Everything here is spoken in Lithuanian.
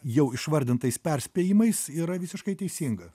jau išvardintais perspėjimais yra visiškai teisinga